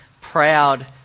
proud